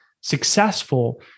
successful